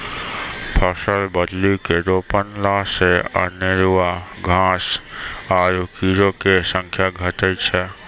फसल बदली के रोपला से अनेरूआ घास आरु कीड़ो के संख्या घटै छै